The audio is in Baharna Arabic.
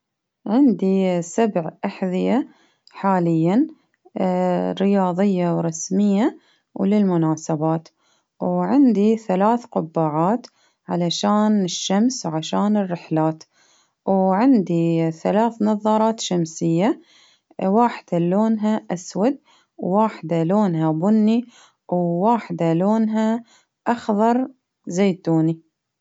عندي سبع أحذية حاليا، رياضية ورسمية وللمناسبات، وعندي ثلاث قبعات، علشان الشمس وعشان الرحلات، وعندي ثلاث نظارات شمسية، واحدة لونها أسود، وواحدة لونها بني، وواحدة لونها أخضر زيتوني.